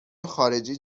خارجی